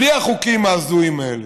בלי החוקים ההזויים האלה.